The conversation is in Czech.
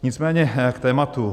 Nicméně k tématu.